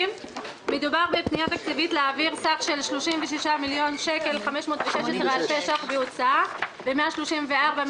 מדובר בפנייה תקציבית להעביר סך של 36,516 אלפי ש"ח בהוצאה ו-134,333